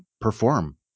perform